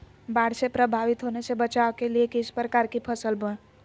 बाढ़ से प्रभावित होने से बचाव के लिए किस प्रकार की फसल बोए?